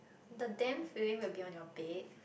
the damp feeling will be on your bed